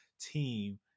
team